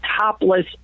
topless